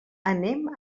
anem